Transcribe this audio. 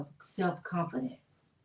self-confidence